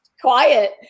quiet